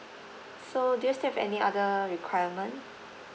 so do you still have any other requirement